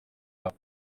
ryabo